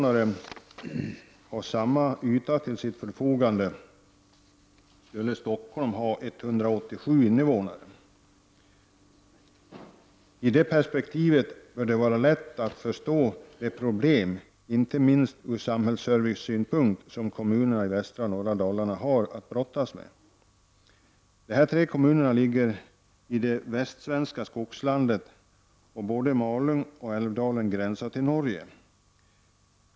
nare hade samma yta till sitt förfogande, skulle Stockholm ha 187 invånare. I det perspektivet bör det vara lätt att förstå de problem, inte minst ur samhällsservicesynpunkt, som kommunerna i västra norra Dalarna har att brottas med. De här tre kommunerna ligger i det västsvenska skogslandet, och både Malung och Älvdalen gränsar till Norge.